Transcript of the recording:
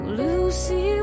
lucy